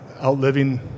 outliving